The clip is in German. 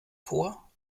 vor